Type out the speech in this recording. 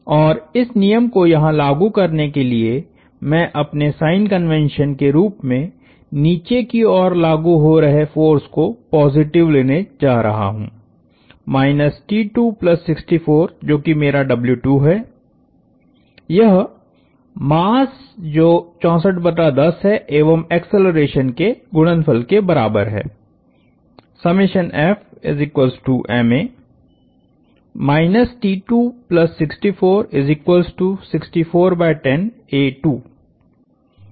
और इस नियम को यहां लागू करने के लिए मैं अपने साइन कन्वेंशन के रूप में नीचे की ओर लागु हो रहे फोर्स को पॉजिटिव लेने जा रहा हूं T264 जो कि मेरा है यह मास जो 64 बटा 10 है एवं एक्सेलरेशन के गुणनफल के बराबर है